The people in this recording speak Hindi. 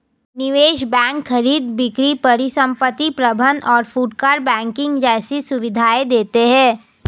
निवेश बैंक खरीद बिक्री परिसंपत्ति प्रबंध और फुटकर बैंकिंग जैसी सुविधायें देते हैं